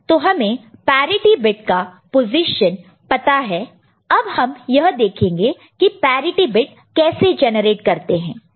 तो हमें parity bit का पोजीशन पता है अब हम यह देखेंगे की पैरिटि बिट कैसे जेनरेट करते हैं